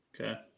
Okay